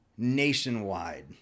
nationwide